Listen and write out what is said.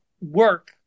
work